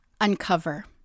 Uncover